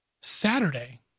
Saturday